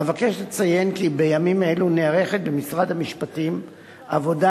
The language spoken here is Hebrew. אבקש לציין כי בימים אלה נערכת במשרד המשפטים עבודה